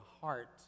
heart